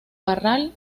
parral